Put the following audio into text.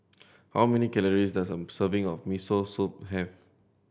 how many calories does a serving of Miso Soup have